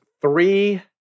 three